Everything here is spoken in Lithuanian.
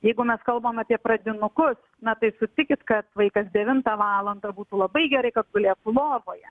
jeigu mes kalbam apie pradinukus na tai sutikit kad vaikas devintą valandą būtų labai gerai kad gulėtų lovoje